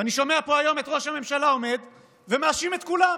ואני שומע פה היום את ראש הממשלה עומד ומאשים את כולם.